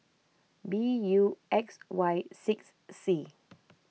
B U X Y six C